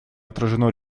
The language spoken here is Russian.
отражено